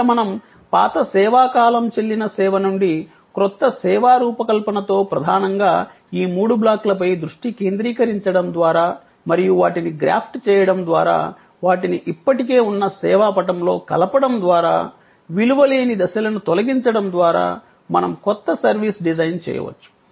ఇక్కడ మనం పాత సేవా కాలం చెల్లిన సేవ నుండి క్రొత్త సేవా రూపకల్పనతో ప్రధానంగా ఈ మూడు బ్లాక్లపై దృష్టి కేంద్రీకరించడం ద్వారా మరియు వాటిని గ్రాఫ్ట్ చేయడం ద్వారా వాటిని ఇప్పటికే ఉన్న సేవా పటంలో కలపడం ద్వారా విలువ లేని దశలను తొలగించడం ద్వారా మనం కొత్త సర్వీస్ డిజైన్ చేయవచ్చు